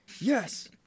yes